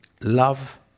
love